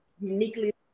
uniquely